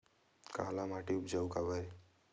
काला माटी उपजाऊ काबर हे?